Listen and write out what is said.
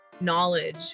knowledge